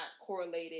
correlated